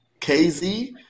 KZ